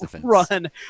run